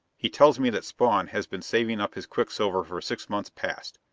he tells me that spawn has been saving up his quicksilver for six months past.